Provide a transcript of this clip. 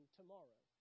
tomorrow